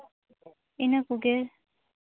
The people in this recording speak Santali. ᱤᱱᱟᱹ ᱠᱚᱜᱮ